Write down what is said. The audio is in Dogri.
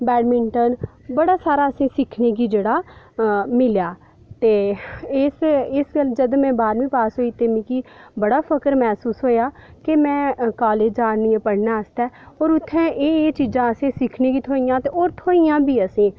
बैटमिटंन बड़ा सारा असें गी सिक्खने गी सिक्खने दा जेह्ड़ा मौका मिलेआ ते जदूं में बाह्रमीं पास कीती मिगी बड़ी फखर मह्सूस होआ ताे में काॅलेज जा नी ऐं पढने आस्तै ते उत्थैं एह् एह् चीज़ा असें गी सिक्खने गी थ्होइयां ते होर थ्होइयां बी असेंगी